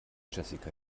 jessica